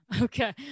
Okay